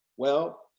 well,